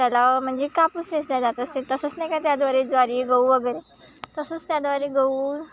त्याला म्हणजे कापूस वेचल्या जात असते तसंच नाही का त्याद्वारे ज्वारी गहू वगैरे तसंच त्याद्वारे गहू